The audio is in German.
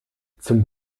zum